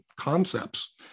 concepts